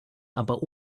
aber